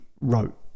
wrote